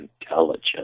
intelligence